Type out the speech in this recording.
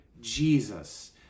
Jesus